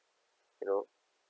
you know